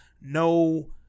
no